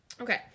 Okay